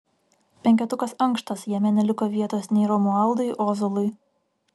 penketukas ankštas jame neliko vietos nei romualdui ozolui